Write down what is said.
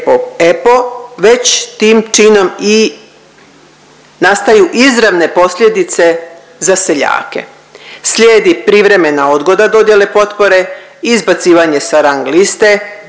već tim činom i nastaju izravne posljedice za seljake, slijedi privremena odgoda dodjele potpore, izbacivanje sa rang liste,